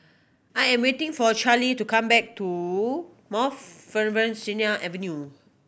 I am waiting for Charley to come back to from Mount Sinai Avenue